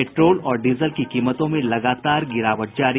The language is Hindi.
पेट्रोल और डीजल की कीमतों में लगातार गिरावट जारी